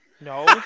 no